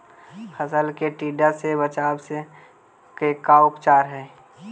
फ़सल के टिड्डा से बचाव के का उपचार है?